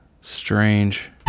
Strange